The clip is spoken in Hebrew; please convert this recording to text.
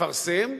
לפרסם,